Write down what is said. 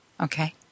Okay